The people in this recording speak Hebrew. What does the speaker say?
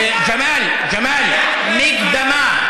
ג'מאל, ג'מאל, מקדמה,